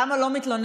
למה לא מתלוננות?